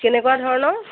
কেনেকুৱা ধৰণৰ